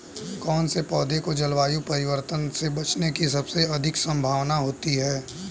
कौन से पौधे को जलवायु परिवर्तन से बचने की सबसे अधिक संभावना होती है?